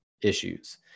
issues